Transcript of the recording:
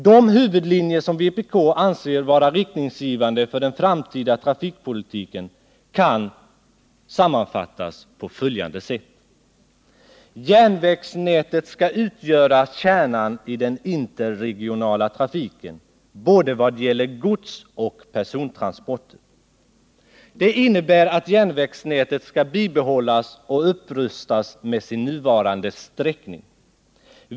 De huvudlinjer som vpk anser skall vara riktningsgivande för den framtida trafikpolitiken kan sammanfattas på följande sätt: Järnvägsnätet skall utgöra kärnan i den interregionala trafiken, vad gäller både godsoch persontransporter. Det innebär att järnvägsnätet skall bibehållas och upprustas med sin nuvarande sträckning.